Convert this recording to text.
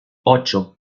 ocho